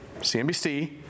CNBC